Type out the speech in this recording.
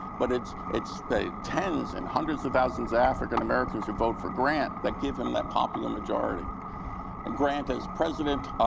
but it's it's the ten s and hundreds of thousands of african americans who vote for grant that give him that popular majority. and grant, as president,